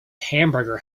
hamburger